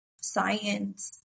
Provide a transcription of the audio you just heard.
science